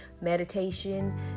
meditation